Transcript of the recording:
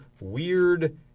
weird